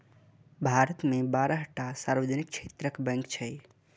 भारत मे बारह टा सार्वजनिक क्षेत्रक बैंक छै